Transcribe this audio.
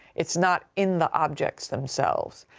it's not in the objects themselves.